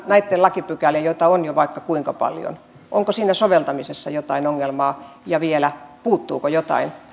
näitten lakipykälien joita on jo vaikka kuinka paljon soveltamisessa jotain ongelmaa ja vielä puuttuuko jotain